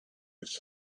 his